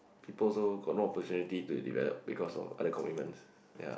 people also got no opportunity to develop because of other commitments ya